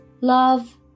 Love